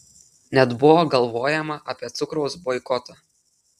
net buvo galvojama apie cukraus boikotą